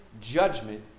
judgment